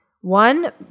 One